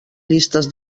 llistes